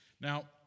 Now